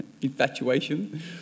infatuation